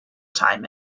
time